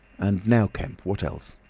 and now, kemp, what else?